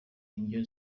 indya